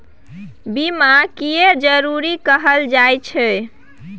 बीमा किये जरूरी कहल जाय छै?